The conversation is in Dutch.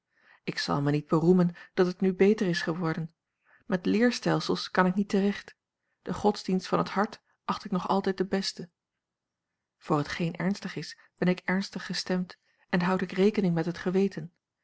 ik zal mij niet beroemen dat het nu beter is geworden met leerstelsels kan ik niet terecht den godsdienst van het hart acht ik nog altijd den besten voor hetgeen ernstig is ben ik ernstig gestemd en houd ik rekening met het geweten